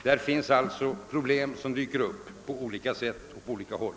Det finns alltså problem som dyker upp på skilda sätt på olika håll.